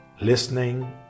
listening